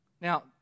Now